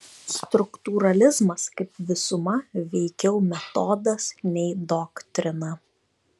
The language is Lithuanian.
struktūralizmas kaip visuma veikiau metodas nei doktrina